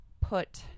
put